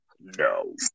No